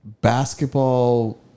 basketball